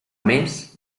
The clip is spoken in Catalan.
més